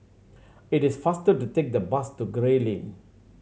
it is faster to take the bus to Gray Lane